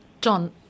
John